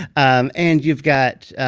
um and you've got.